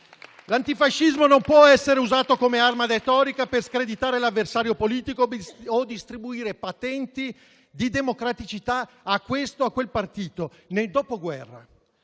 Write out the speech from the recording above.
L'antifascismo non può essere usato come arma retorica per screditare l'avversario politico o distribuire patenti di democraticità a questo o a quel partito nel Dopoguerra.